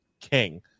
King